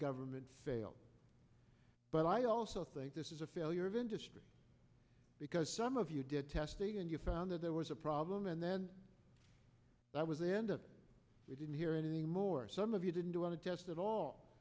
government failed but i also think this is a failure of industry because some of you did testing and you found that there was a problem and then that was the end of it we didn't hear any more some of you didn't want to test at all